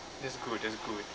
that's good that's good